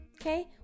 Okay